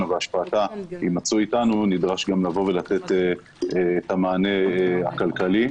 והשפעתה יימצאו איתנו נדרש גם לתת מענה כלכלי,